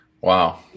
Wow